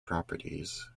properties